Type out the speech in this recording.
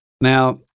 Now